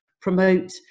promote